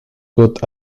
côte